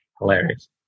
Hilarious